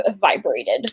vibrated